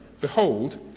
behold